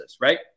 right